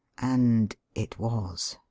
and it was!